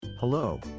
Hello